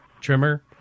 trimmer